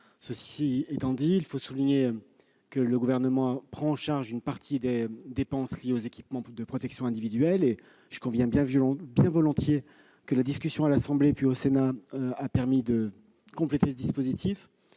Cela étant, je souligne que le Gouvernement prend en charge une partie des dépenses liées aux équipements de protection individuelle. Je conviens bien volontiers que la discussion à l'Assemblée, puis au Sénat, a permis de compléter ce dispositif.